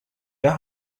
der